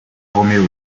romeo